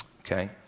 Okay